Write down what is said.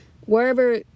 wherever